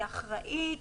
היא אחראית,